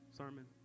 sermon